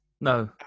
No